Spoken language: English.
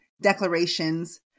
declarations